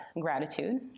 gratitude